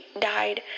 died